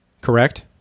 Correct